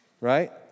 Right